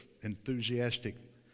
enthusiastic